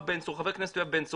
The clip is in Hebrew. חבר הכנסת יואב בן צור,